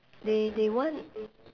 they they want